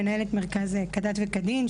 מנהלת מרכז כדת וכדין,